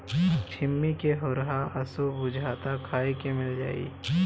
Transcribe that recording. छिम्मी के होरहा असो बुझाता खाए के मिल जाई